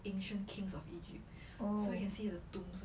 ancient kings of egypt so you can see the tombs